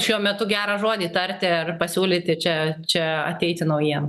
šiuo metu gerą žodį tarti ar pasiūlyti čia čia ateiti naujiem